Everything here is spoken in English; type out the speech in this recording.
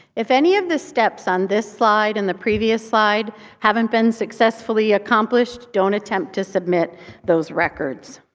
if any of the steps on this slide and the previous slide haven't been successfully accomplished, don't attempt to submit those records.